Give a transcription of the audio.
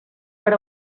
per